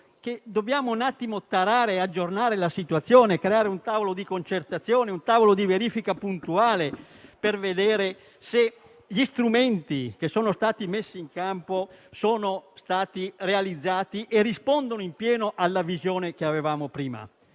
dobbiamo tarare e aggiornare la situazione, creare un tavolo di concertazione e di verifica puntuale, per vedere se gli strumenti messi in campo siano stati realizzati e rispondano in pieno alla visione che avevamo prima.